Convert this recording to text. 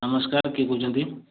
ନମସ୍କାର କିଏ କହୁଛନ୍ତି